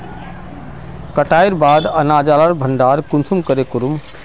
कटाईर बाद अनाज लार भण्डार कुंसम करे करूम?